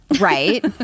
right